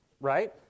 right